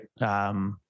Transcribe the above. right